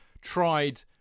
tried